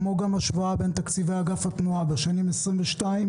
כמו גם השוואה בין תקציבי אגף התנועה בשנים 2022,